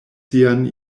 sian